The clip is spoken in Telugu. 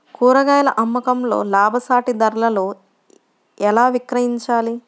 కూరగాయాల అమ్మకంలో లాభసాటి ధరలలో ఎలా విక్రయించాలి?